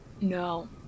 No